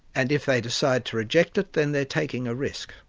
and if they decide to reject it, then they're taking a risk.